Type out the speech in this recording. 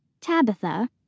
tabitha